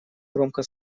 громко